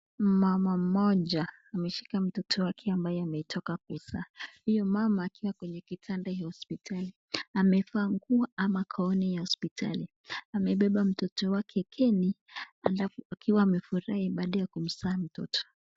Mama mmoja ameshika mtoto wake ambaye ametoka kuzaa. Huyo mama akiwa kwenye kitanda ya hospitali. Amevaa nguo ama gauni ya hospitali. Amebeba mtoto wake Kenny alafu akiwa amefurahi baada ya kumzaa mtoto.